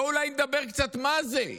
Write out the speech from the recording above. בואו אולי נדבר קצת מה זה.